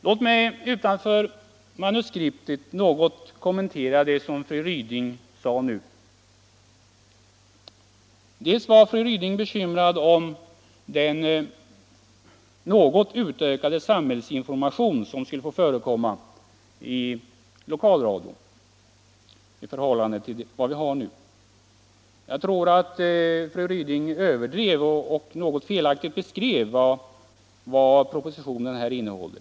Låt mig utanför manuskriptet något kommentera det som fru Ryding sade nu. Fru Ryding var bekymrad beträffande den något utökade samhällsinformation som skulle få förekomma i lokalradion i jämförelse med vad förhållandet är nu. Jag tror att fru Ryding överdrev och något felaktigt beskrev vad propositionen innehåller.